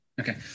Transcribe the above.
Okay